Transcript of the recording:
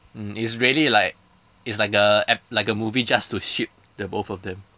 mm it's really like it's like a ep~ like a movie just to ship the both of them